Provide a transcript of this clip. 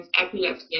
epilepsy